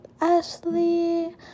ashley